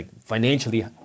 financially